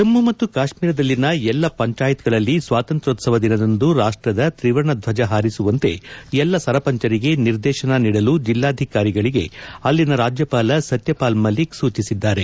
ಜಮ್ಮು ಮತ್ತು ಕಾಶ್ಮೀರದಲ್ಲಿನ ಎಲ್ಲ ಪಂಚಾಯತ್ಗಳಲ್ಲಿ ಸ್ನಾತಂತ್ರೋತ್ಸವ ದಿನದಂದು ರಾಷ್ಟದ ತ್ರಿವರ್ಣ ಧ್ವಜ ಹಾರಿಸುವಂತೆ ಎಲ್ಲ ಸರಪಂಚರಿಗೆ ನಿರ್ದೇಶನ ನೀಡಲು ಜಿಲ್ಲಾಧಿಕಾರಿಗಳಿಗೆ ಅಲ್ಲಿನ ರಾಜ್ಯಪಾಲ ಸತ್ಯಪಾಲ್ ಮಲ್ತಿಕ್ ಸೂಚಿಸಿದ್ಲಾರೆ